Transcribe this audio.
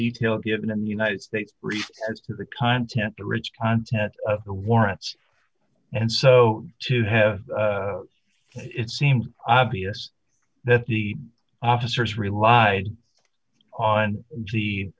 detail given in the united states as to the content the rich content the warrants and so to have it seems obvious that the officers relied on the